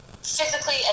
physically